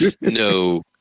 no